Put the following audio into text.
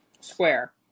square